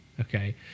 Okay